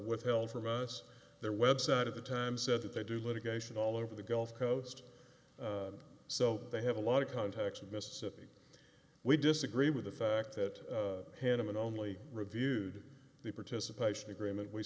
withheld from us their website at the time said that they do litigation all over the gulf coast so they have a lot of contacts in mississippi we disagree with the fact that hannaman only reviewed the participation agreement we